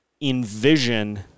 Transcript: envision